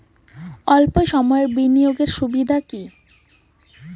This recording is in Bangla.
অল্প সময়ের বিনিয়োগ এর সুবিধা কি?